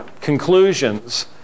conclusions